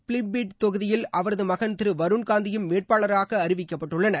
பிலிப்பிட் தொகுதியில் அவரது மகன் திரு வருண்காந்தியும் வேட்பாளர்களாக அறிவிக்கப்பட்டுள்ளனர்